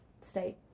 state